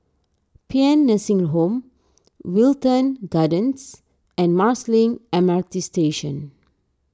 Paean Nursing Home Wilton Gardens and Marsiling M R T Station